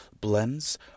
blends